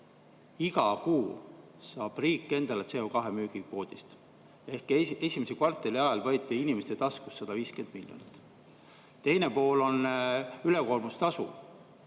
iga kuu saab riik endale CO2müügi kvoodist. Esimese kvartali jooksul võeti inimeste taskust 150 miljonit. Teine pool on ülekoormustasu,